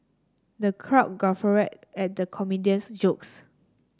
the crowd guffawed at the comedian's jokes